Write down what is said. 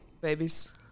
Babies